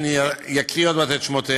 ואני אקריא עוד מעט את שמותיהם,